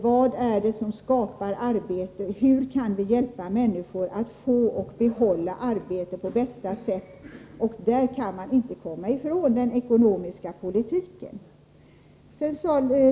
Vad är det som skapar arbete? Hur kan vi på bästa sätt hjälpa människor att få och behålla ett arbete? Man kan i detta sammanhang inte komma ifrån den ekonomiska politiken.